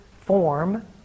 form